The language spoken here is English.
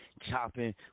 chopping